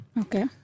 Okay